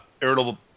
irritable